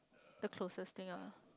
the closest thing uh